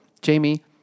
Jamie